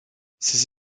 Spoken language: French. ces